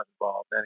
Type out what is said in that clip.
involved